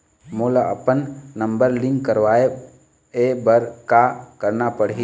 मोला अपन number link करवाये बर का करना पड़ही?